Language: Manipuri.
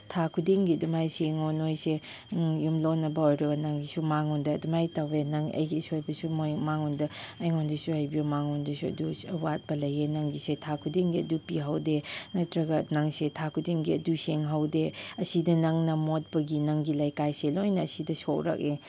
ꯊꯥ ꯈꯨꯗꯤꯡꯒꯤ ꯑꯗꯨꯃꯥꯏꯅ ꯁꯦꯡꯉꯣ ꯅꯣꯏꯁꯦ ꯌꯨꯝꯂꯣꯟꯅꯕ ꯑꯣꯏꯔꯣ ꯅꯪꯒꯤꯁꯨ ꯃꯉꯣꯟꯗ ꯑꯗꯨꯃꯥꯏ ꯇꯧꯋꯦ ꯅꯪ ꯑꯩꯒꯤ ꯁꯣꯏꯕꯁꯨ ꯃꯉꯣꯟꯗ ꯑꯩꯉꯣꯟꯗꯁꯨ ꯍꯥꯏꯕꯤꯌꯨ ꯃꯉꯣꯟꯗꯁꯨ ꯑꯗꯨ ꯑꯋꯥꯠꯄ ꯂꯩꯌꯦ ꯅꯪꯒꯤꯁꯦ ꯊꯥ ꯈꯨꯗꯤꯡꯒꯤ ꯑꯗꯨ ꯄꯤꯍꯧꯗꯦ ꯅꯠꯇ꯭ꯔꯒ ꯅꯪꯒꯤꯁꯦ ꯊꯥ ꯈꯨꯗꯤꯡꯒꯤ ꯑꯗꯨ ꯁꯦꯡꯍꯧꯗꯦ ꯑꯁꯤꯗ ꯅꯪꯅ ꯃꯣꯠꯄꯒꯤ ꯅꯪꯒꯤ ꯂꯩꯀꯥꯏꯁꯦ ꯂꯣꯏꯅ ꯑꯁꯤꯗ ꯁꯣꯛꯂꯛꯑꯦ